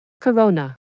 Corona